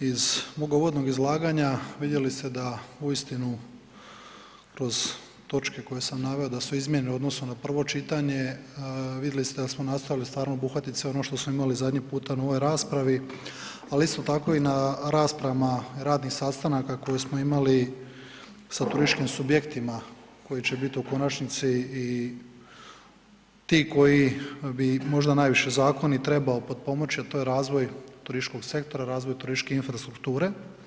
Iz mog uvodnog izlaganja, vidjeli ste da uistinu kroz točke koje sam naveo, da su izmjene u odnosu na prvo čitanje, vidjeli ste da smo nastojali stvarno obuhvatiti sve ono što smo imali zadnji puta na ovoj raspravi, ali isto tako i na raspravama radnih sastanaka koje smo imali sa turističkim subjektima koji će biti u konačnici i ti koji bi možda najviše zakon i trebao potpomoći a to je razvoj turističkog sektora, razvoj turističke infrastrukture.